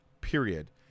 Period